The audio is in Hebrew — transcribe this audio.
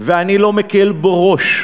ואני לא מקל בו ראש,